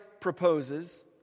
proposes